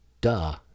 duh